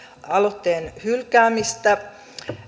aloitteen hylkäämistä